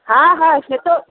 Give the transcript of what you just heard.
হ্যাঁ হ্যাঁ সেতো